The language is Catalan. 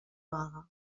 vaga